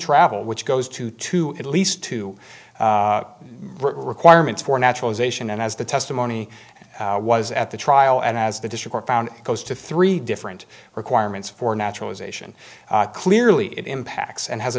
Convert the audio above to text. travel which goes to to at least two requirements for naturalization and as the testimony was at the trial and as the district found it goes to three different requirements for naturalization clearly it impacts and has a